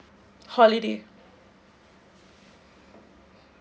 holiday